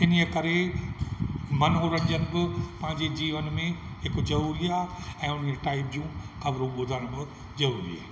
इन्हीअ करे मनोरंजन बि पंहिंजे जीवन में हिकु ज़रूरी आहे ऐं उन टाईप जूं ख़बरूं बि ज़रूरी आहिनि